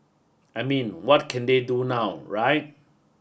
I mean what can they do now right